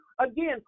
again